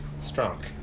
Strong